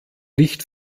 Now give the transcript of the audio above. nicht